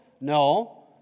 No